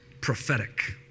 prophetic